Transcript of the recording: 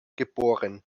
geboren